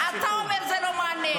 אתה אומר שזה לא מעניין.